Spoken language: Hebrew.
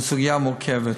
הוא סוגיה מורכבת.